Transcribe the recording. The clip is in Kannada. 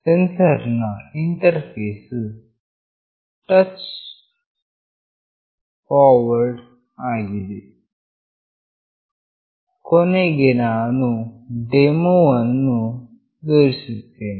ಸೆನ್ಸರ್ ನ ಇಂಟರ್ಫೇಸ್ ವು ಸ್ಟ್ರೇಟ್ ಫಾರ್ವರ್ಡ್ ಆಗಿದೆ ಕೊನೆಗೆ ನಾನು ಡೆಮೋವನ್ನು ತೋರಿಸುತ್ತೇನೆ